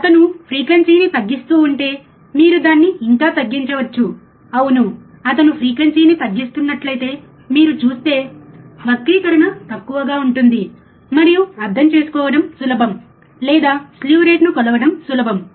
అతను ఫ్రీక్వెన్సీని తగ్గిస్తూ ఉంటే మీరు దాన్ని ఇంకా తగ్గించవచ్చు అవును అతను ఫ్రీక్వెన్సీని తగ్గిస్తున్నట్లు మీరు చూస్తే వక్రీకరణ తక్కువగా ఉంటుంది మరియు అర్థం చేసుకోవడం సులభం లేదా స్లీవ్ రేటును కొలవడం సులభం